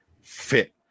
fit